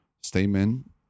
statement